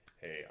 hey